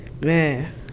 man